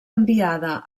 enviada